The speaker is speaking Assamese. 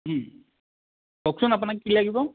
কওকচোন আপোনাক কি লগিব